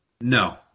no